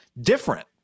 different